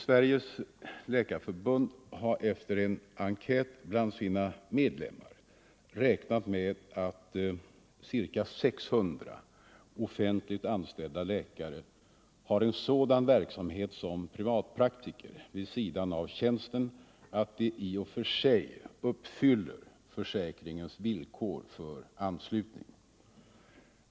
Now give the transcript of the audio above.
Sveriges läkarförbund har efter en enkät bland sina medlemmar räknat med att ca 600 offentligt anställda läkare har en sådan verksamhet som privatpraktiker vid sidan av tjänsten att de i och för sig uppfyller försäkringens villkor för anslutning.